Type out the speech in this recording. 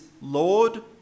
Lord